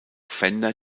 fender